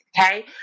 okay